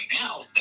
now